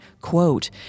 quote